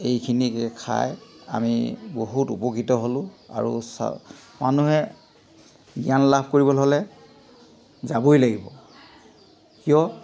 এইখিনিকে খাই আমি বহুত উপকৃত হ'লোঁ আৰু মানুহে জ্ঞান লাভ কৰিবলৈ হ'লে যাবই লাগিব কিয়